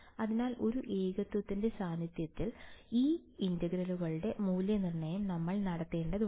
അതിനാൽ ഒരു ഏകത്വത്തിന്റെ സാന്നിധ്യത്തിൽ ഈ ഇന്റഗ്രലുകളുടെ മൂല്യനിർണ്ണയം നമ്മൾ നടത്തേണ്ടതുണ്ട്